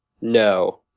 no